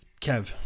Kev